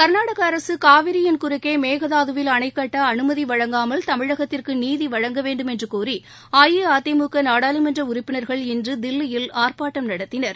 கா்நாடக அரசு காவிரியின் குறுக்கே மேகதாதுவில் அணைக்கட்ட அனுமதி வழங்காமல் தமிழகத்திற்கு நீதி வழங்க வேண்டும் என்று கோரி அஇஅதிமுக நாடாளுமன்ற உறுப்பினர்கள் இன்று தில்லியில் ஆர்ப்பாட்டம் நடத்தினர்